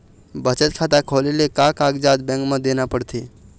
बचत खाता खोले ले का कागजात बैंक म देना पड़थे?